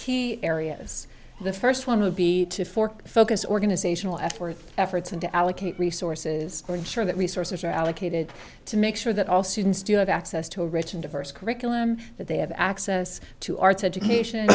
key areas the first one would be to fork focus organizational effort efforts and to allocate resources or ensure that resources are allocated to make sure that all students do have access to a rich and diverse curriculum that they have access to arts education